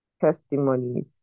Testimonies